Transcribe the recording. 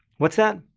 what's that?